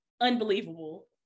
unbelievable